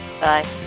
Bye